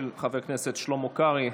של חבר הכנסת שלמה קרעי.